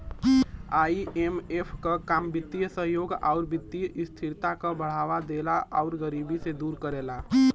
IMF क काम वित्तीय सहयोग आउर वित्तीय स्थिरता क बढ़ावा देला आउर गरीबी के दूर करेला